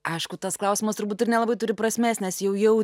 aišku tas klausimas turbūt ir nelabai turi prasmės nes jau jau